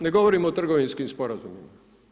Ne govorimo o trgovinskim sporazumima.